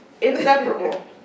inseparable